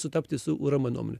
sutapti su urm nuomone